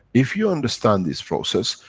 if you understand this process,